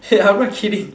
hey I'm not kidding